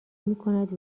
میکند